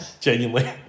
Genuinely